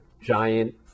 giant